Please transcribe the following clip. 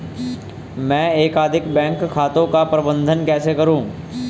मैं एकाधिक बैंक खातों का प्रबंधन कैसे करूँ?